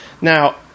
Now